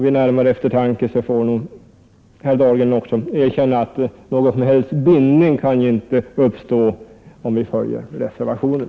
Vid närmare eftertanke får också herr Dahlgren erkänna att någon som helst bindning inte kan uppstå om vi följer reservationen.